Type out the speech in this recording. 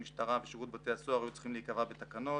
המשטרה ושירות בתי הסוהר היו צריכים להיקבע בתקנות.